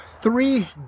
three